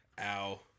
ow